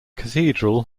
cathedral